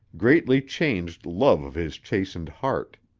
greatly changed love of his chastened heart.